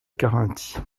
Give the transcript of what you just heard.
carinthie